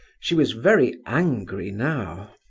she was very angry now.